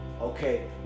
okay